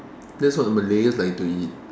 that's what the Malays like to eat